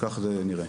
כך זה נראה.